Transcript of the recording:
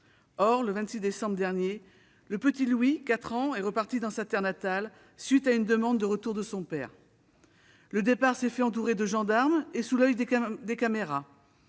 Le 26 décembre dernier, le petit Louis, âgé de 4 ans, est reparti dans sa terre natale, après une demande de retour de son père. Le départ a eu lieu entouré de gendarmes et sous l'oeil des caméras.